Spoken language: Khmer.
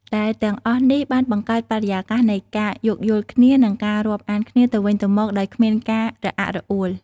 ដែលទាំងអស់នេះបានបង្កើតបរិយាកាសនៃការយោគយល់គ្នា និងការរាប់អានគ្នាទៅវិញទៅមកដោយគ្មានភាពរអាក់រអួល។